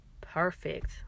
perfect